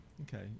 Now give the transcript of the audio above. Okay